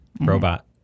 Robot